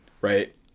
right